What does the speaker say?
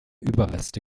überreste